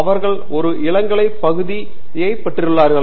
அவர்கள் ஒரு இளங்கலைப் பகுதி பகுதியைப் பெறுவார்கள்